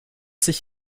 sich